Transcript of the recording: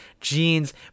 jeans